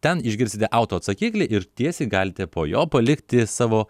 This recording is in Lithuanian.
ten išgirsite autoatsakiklį ir tiesiai galite po jo palikti savo